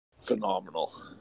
phenomenal